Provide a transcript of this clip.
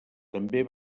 també